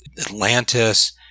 Atlantis